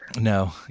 No